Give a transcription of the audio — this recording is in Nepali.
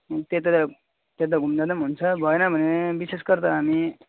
अनि त्यता त त्यता घुम्दा पनि हुन्छ भएन भने विशेष गरेर त हामी